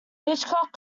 hitchcock